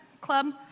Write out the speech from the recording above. club